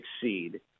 succeed